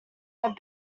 had